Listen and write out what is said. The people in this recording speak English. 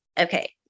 Okay